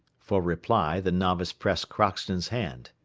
for reply the novice pressed crockston's hand.